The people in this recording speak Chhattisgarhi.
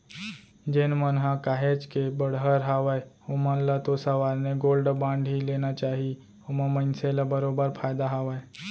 जेन मन ह काहेच के बड़हर हावय ओमन ल तो साँवरेन गोल्ड बांड ही लेना चाही ओमा मनसे ल बरोबर फायदा हावय